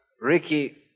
Ricky